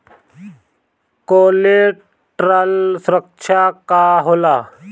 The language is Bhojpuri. कोलेटरल सुरक्षा का होला?